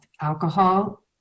alcohol